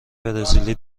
برزیلی